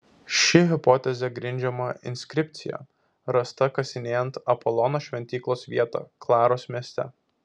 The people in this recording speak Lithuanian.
ši hipotezė grindžiama inskripcija rasta kasinėjant apolono šventyklos vietą klaros mieste